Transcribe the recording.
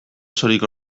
osorik